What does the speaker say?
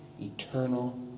eternal